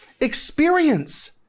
experience